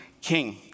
king